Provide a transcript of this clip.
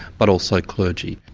but also clergy.